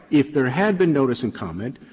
if there had been notice and comment,